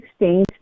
16th